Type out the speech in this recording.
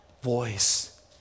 voice